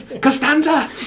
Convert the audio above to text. Costanza